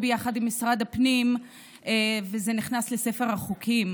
שלישית, ותיכנס לספר החוקים